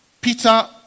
Peter